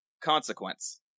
consequence